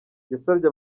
yasabye